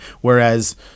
Whereas